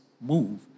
move